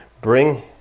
bring